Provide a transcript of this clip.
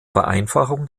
vereinfachung